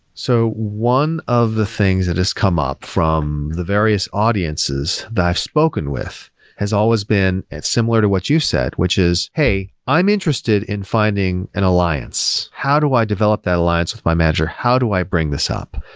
so one of the things that has come up from the various audiences that i've spoken with has always been similar to what you said, which is, hey, i'm interested in finding an alliance. how do i develop that alliance with my manager? how do i bring this up?